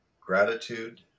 Gratitude